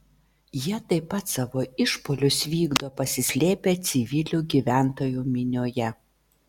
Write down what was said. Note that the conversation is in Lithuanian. jie taip pat savo išpuolius vykdo pasislėpę civilių gyventojų minioje